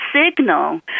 signal